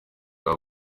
baba